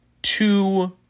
two